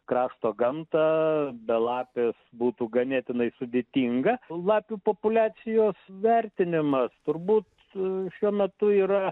krašto gamtą be lapės būtų ganėtinai sudėtinga lapių populiacijos vertinimas turbūt šiuo metu yra